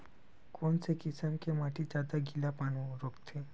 कोन से किसम के माटी ज्यादा गीलापन रोकथे?